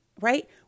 right